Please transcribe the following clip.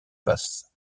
passe